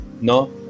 no